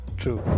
true